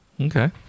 Okay